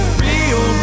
real